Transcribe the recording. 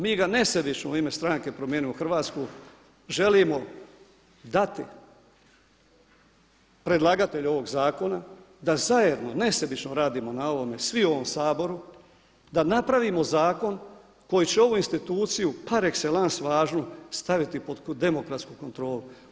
Mi ga nesebično u ime stranke Promijenimo Hrvatsku želimo dati predlagatelju ovog zakona da zajedno nesebično radimo na ovome svi u ovome Saboru, da napravimo zakon koji će ovu instituciju par excellence važnu staviti pod demokratsku kontrolu.